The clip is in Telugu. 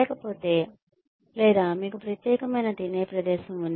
లేకపోతే లేదా మీకు ప్రత్యేకమైన తినే ప్రదేశం ఉంది